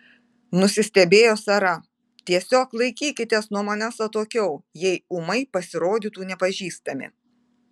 nusistebėjo sara tiesiog laikykitės nuo manęs atokiau jei ūmai pasirodytų nepažįstami